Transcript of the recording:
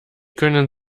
können